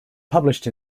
published